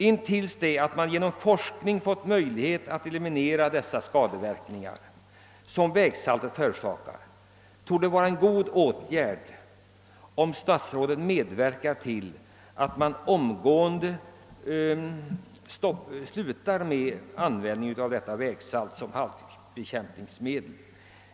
Intill dess att man genom forskning fått möjlighet att eliminera de skadeverkningar, som vägsaltet förorsakar, torde det vara en god åtgärd: om stats rådet ville medverka (till att man omgående slutar:. méd att använda vägsalt: som halkningsbekämpningsmedel.